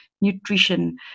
nutrition